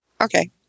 Okay